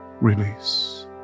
Release